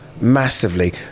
Massively